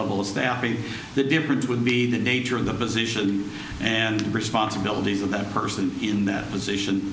level of staffing the difference would be the nature of the position and responsibilities of that person in that position